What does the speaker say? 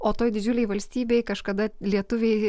o toj didžiulėj valstybėj kažkada lietuviai